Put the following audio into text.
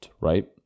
right